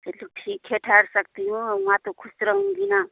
चलो ठीक है ठैर सकती हूँ वआँ तो ख़ुश रहूँगी ना